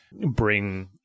bring